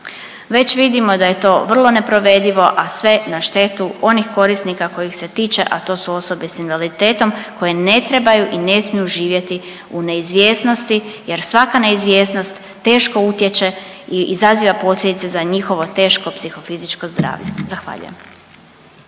Već vidimo da je to vrlo neprovedivo, a sve na štetu onih korisnika kojih se tiče, a to su osobe s invaliditetom koje ne trebaju i ne smiju živjeti u neizvjesnosti jer svaka neizvjesnost teško utječe i izaziva posljedica za njihovo teško psihofizičko zdravlje. Zahvaljujem.